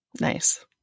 Nice